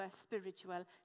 spiritual